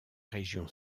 région